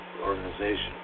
organization